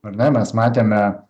ar ne mes matėme